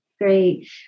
great